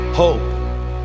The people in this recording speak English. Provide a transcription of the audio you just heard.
Hope